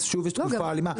אז יש תקופה אלימה.